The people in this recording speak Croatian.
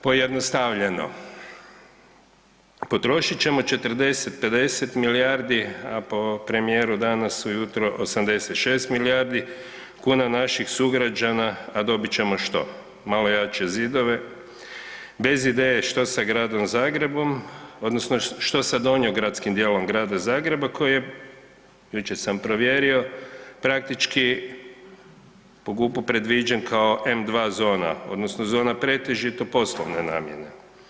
Pojednostavljeno, potrošit ćemo 40, 50 milijardi, a po premijeru danas ujutro 86 milijardi kuna naših sugrađana, a dobit ćemo što, malo jače zidove bez ideje šta sa Gradom Zagrebom odnosno što sa donjogradskim dijelom Grada Zagreba koji je, jučer sam provjerio, praktički po GUP-u predviđen kao M2 zona odnosno zona pretežito poslovne namjene.